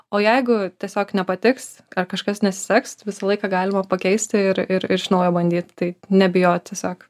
o jeigu tiesiog nepatiks ar kažkas nesiseks visą laiką galima pakeisti ir ir iš naujo bandyt tai nebijot tiesiog